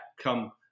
come